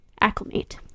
acclimate